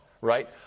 Right